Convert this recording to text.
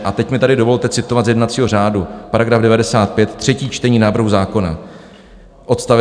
A teď mi tady dovolte citovat z jednacího řádu § 95 třetí čtení návrhu zákona, odst.